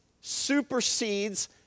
supersedes